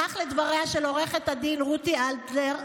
כך לדבריה של עו"ד רותי אלדר,